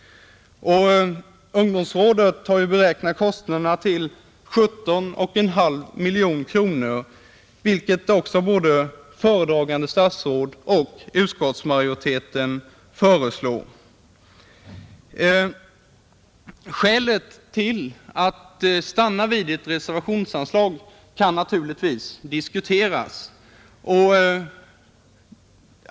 Ungdomsrådet har ju beräknat kostnaderna till 17,5 miljoner kronor, vilket också både föredragande statsråd och utskottsmajoriteten föreslår. Skälet till att stanna vid ett reservationsanslag kan naturligtvis diskuteras.